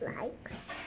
likes